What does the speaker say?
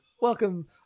welcome